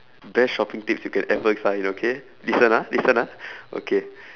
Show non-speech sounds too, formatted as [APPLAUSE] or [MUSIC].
best shopping tips you can ever find okay listen ah listen ah [BREATH] okay